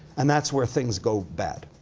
and that's where things go bad.